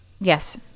yes